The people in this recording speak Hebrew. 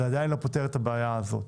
זה עדיין לא פותר את הבעיה הזאת.